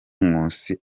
nkusi